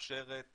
מאפשרת